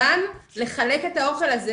על הפניות החוזרות שלה.